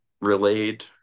relayed